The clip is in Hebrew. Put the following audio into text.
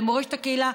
למורשת הקהילה,